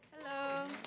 Hello